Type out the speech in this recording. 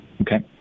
okay